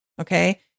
okay